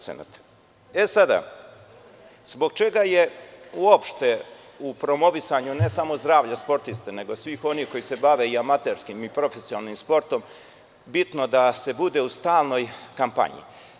Zbog čega je uopšte u promovisanju ne samo zdravlja sportista, nego svih onih koji se bave i amaterskim i profesionalnim sportom bitno da se bude u stalnoj kampanji?